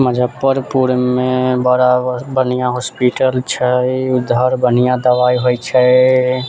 मुजफ्फरपुरमे बड़ा बढ़ बन्हिआँ होस्पिटल छै उधर बन्हिआँ दबाइ होइ छै